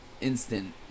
instant